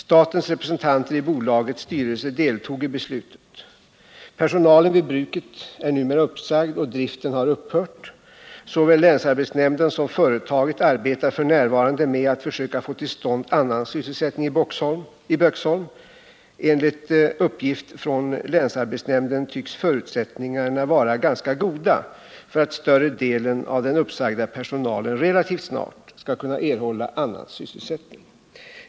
Statens representanter i bolagets styrelse deltog i beslutet. Personalen vid bruket är numera uppsagd och driften har upphört. Såväl länsarbetsnämnden som företaget arbetar f. n. med att försöka få till stånd annan sysselsättning i Böksholm. Enligt uppgift från länsarbetsnämnden tycks förutsättningarr.a vara ganska goda för att större delen av den uppsagda personalen relativt snart skall kunna erhålla annan sysselsättning.